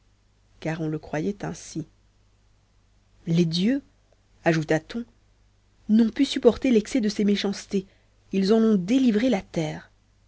car on le croyait ainsi les dieux ajouta t on n'ont pu supporter l'excès de ses méchancetés ils en ont délivré la terre